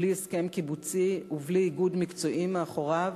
בלי הסכם קיבוצי ובלי איגוד מקצועי מאחוריו,